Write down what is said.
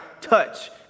touch